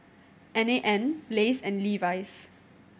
N A N Lays and Levi's